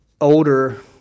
older